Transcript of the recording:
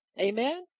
Amen